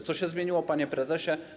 Co się zmieniło, panie prezesie?